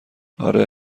آره